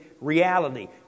reality